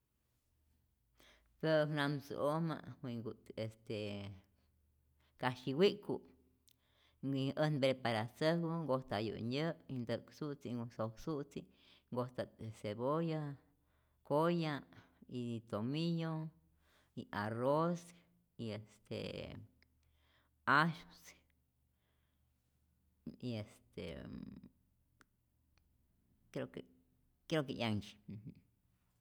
Tä'äk namtzu'ojmä wi'nku't este kasyi wi'ku' y äjt preparatzäjku nkojtayu't nyä', ntä'ksu't, sosu'tzi', nkojta't äj cebolla, koya' y tomillo y arroz y est ajy y este creo que creo que 'yanhtyi.